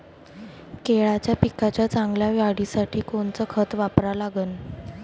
केळाच्या पिकाच्या चांगल्या वाढीसाठी कोनचं खत वापरा लागन?